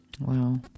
Wow